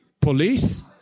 police